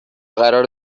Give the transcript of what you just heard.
قرار